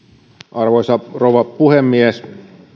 arvoisa rouva puhemies